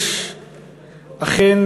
יש אכן